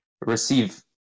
receive